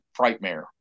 Frightmare